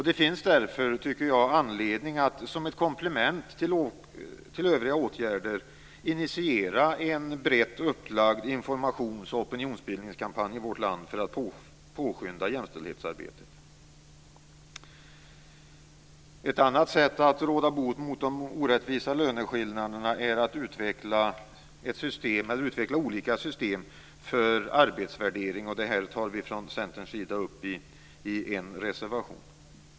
Det finns därför anledning att som ett komplement till övriga åtgärder i vårt land initiera en brett upplagd informations och opinionsbildningskampanj för att påskynda jämställdhetsarbetet. Ett annat sätt att råda bot på de orättvisa löneskillnaderna är att utveckla olika system för arbetsvärdering. Det här tar vi från Centerns sida upp i en reservation.